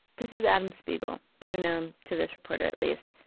this is adam spiegel, better known to this reporter at least,